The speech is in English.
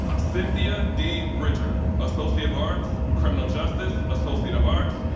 cynthia d. bridger, associate of arts, criminal justice, associate of arts,